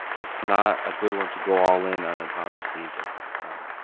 it's not a good one to go all in on autonomous vehicles at this time.